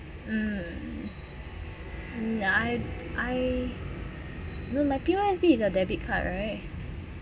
mm ya I I no my P_O_S_B is a debit card right